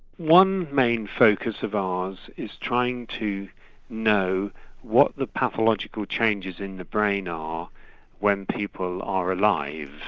one main focus of ours is trying to know what the pathological changes in the brain are when people are alive,